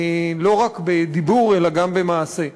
לא רק בדיבור אלא גם במעשה.